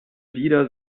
wieder